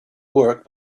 work